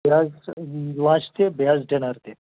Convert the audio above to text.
بیٚیہِ حظ تہٕ لَنچ تہٕ ڈِنَر تہِ حظ